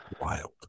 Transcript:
Wild